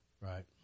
Right